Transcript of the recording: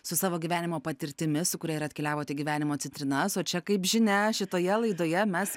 su savo gyvenimo patirtimi su kuria ir atkeliavot į gyvenimo citrinas o čia kaip žinia šitoje laidoje mes